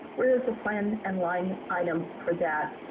where is the plan and line items for that,